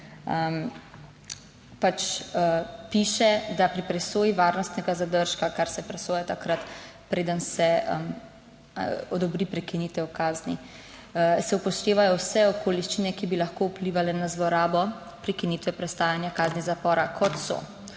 Pač piše, da pri presoji varnostnega zadržka, kar se presoja takrat, preden se odobri prekinitev kazni, se upoštevajo vse okoliščine, ki bi lahko vplivale na zlorabo prekinitve prestajanja kazni zapora, kot so: